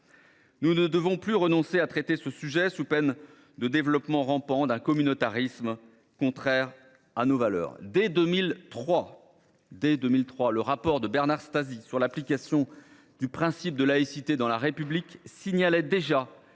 Nous ne devons plus renoncer à traiter ce sujet, sans quoi nous risquons le développement rampant d’un communautarisme contraire à nos valeurs. Dès 2003, le rapport de Bernard Stasi sur l’application du principe de laïcité dans la République signalait